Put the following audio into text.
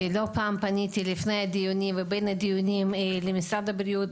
ולא פעם פניתי לפני הדיונים ובין הדיונים למשרד הבריאות,